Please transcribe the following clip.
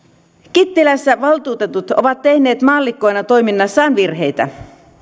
kittilässä valtuutetut ovat tehneet maallikkoina toiminnassaan virheitä